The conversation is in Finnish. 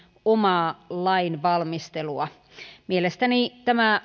omaa lainvalmistelua mielestäni tämä